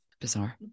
Bizarre